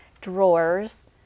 drawers